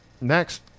Next